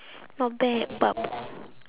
not bad bub~